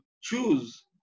choose